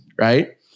Right